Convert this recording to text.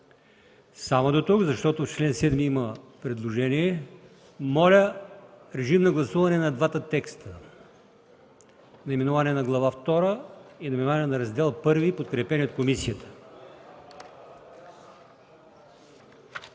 Само дотук, защото чл. 7 има предложение. Моля режим на гласуване на двата текста – наименование на Глава втора и наименование на Раздел І, подкрепени от комисията.